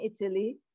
Italy